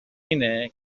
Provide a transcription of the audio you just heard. اینه